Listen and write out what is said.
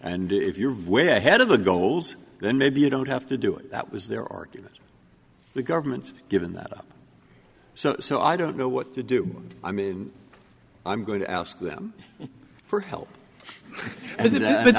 and if you've weighed head of the goals then maybe you don't have to do it that was their argument the government's given that up so so i don't know what to do i'm in i'm going to ask them for help